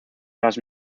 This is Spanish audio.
las